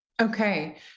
Okay